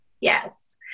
yes